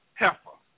heifer